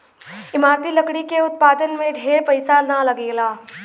इमारती लकड़ी के उत्पादन में ढेर पईसा ना लगेला